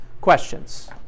Questions